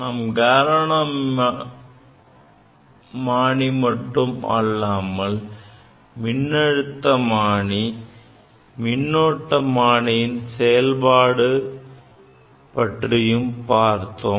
நாம் கல்வனோமானி மட்டும் அல்லாமல் மின்னழுத்தமானி மின்னோட்டமானியின் செயல்பாட்டு முறை பற்றியும் பார்த்தோம்